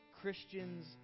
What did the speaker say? Christian's